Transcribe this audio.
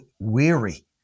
Weary